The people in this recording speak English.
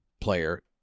player